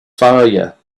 failure